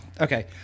Okay